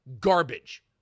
garbage